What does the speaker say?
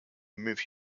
remove